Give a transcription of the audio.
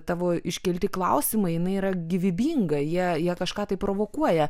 tavo iškelti klausimai jinai yra gyvybinga jie jie kažką tai provokuoja